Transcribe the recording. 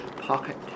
pocket